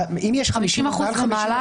אם יש מעל 50% --- 51% ממשלה